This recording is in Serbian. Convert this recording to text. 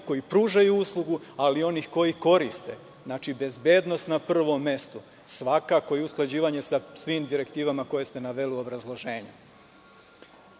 koji pružaju uslugu, ali i onih koji ih koriste. Znači, bezbednost na prvom mestu, ali svakako i usklađivanje sa svim direktivama koje ste naveli u obrazloženju. Takođe,